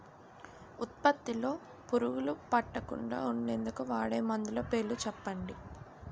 ఉత్పత్తి లొ పురుగులు పట్టకుండా ఉండేందుకు వాడే మందులు పేర్లు చెప్పండీ?